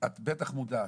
את בטח מודעת,